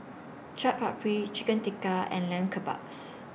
Chaat Papri Chicken Tikka and Lamb Kebabs